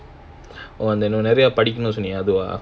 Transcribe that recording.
நெறய படிக்கணும்னு சொன்னியே அதுவா:nearya padikkanumnu sonniye athuwaa